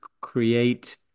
create